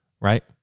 right